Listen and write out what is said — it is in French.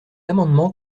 amendement